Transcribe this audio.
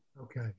Okay